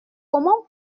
comment